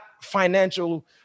financial